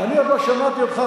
אני עוד לא שמעתי אותך,